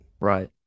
Right